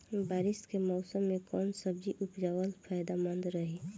बारिश के मौषम मे कौन सब्जी उपजावल फायदेमंद रही?